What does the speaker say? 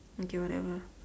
okay whatever